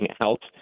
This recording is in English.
out